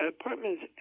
apartments